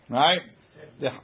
right